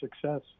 success